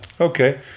Okay